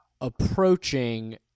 approaching